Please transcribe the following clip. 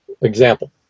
example